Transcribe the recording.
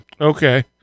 Okay